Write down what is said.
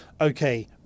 okay